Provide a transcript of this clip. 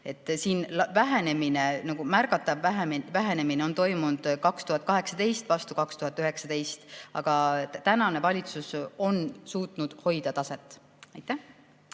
märgatav vähenemine toimus 2018 vastu 2019, aga tänane valitsus on suutnud hoida taset. Aitäh